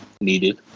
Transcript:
needed